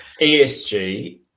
ESG